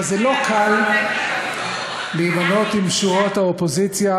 אבל לא קל להימנות עם שורות האופוזיציה,